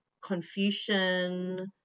Confucian